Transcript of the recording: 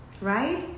right